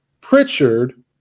Pritchard